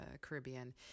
Caribbean